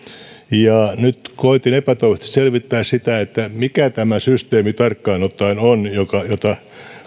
ja nyt koetin epätoivoisesti selvittää mikä tämä systeemi tarkkaan ottaen on jota